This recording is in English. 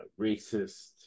Racist